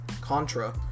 Contra